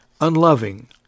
Unloving